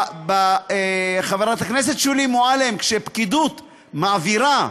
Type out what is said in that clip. חברת הכנסת שולי מועלם, כשפקידות מעבירה,